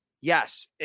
yes